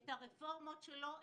את הרפורמות שלו,